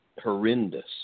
horrendous